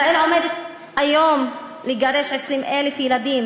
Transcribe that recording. ישראל עומדת היום לגרש 20,000 ילדים